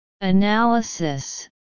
Analysis